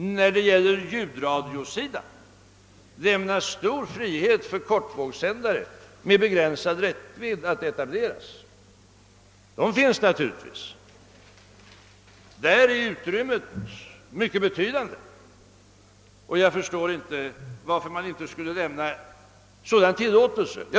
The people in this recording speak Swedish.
när det gäller ljudradion, att redan i nuläget lämna stor frihet att etablera kortvågssändare med begränsad räckvidd naturligtvis finns. Där är utrymmet mycket betydande, och jag förstår inte varför man inte skulle kunna lämna sådana tillstånd.